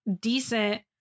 decent